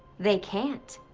they can't.